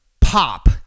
pop